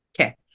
Okay